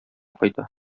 кайта